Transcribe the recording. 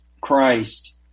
Christ